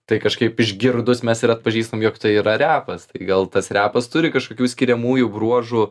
tai kažkaip išgirdus mes ir atpažįstam jog tai yra repas tai gal tas repas turi kažkokių skiriamųjų bruožų